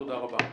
תודה רבה.